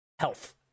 health